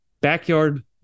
Backyard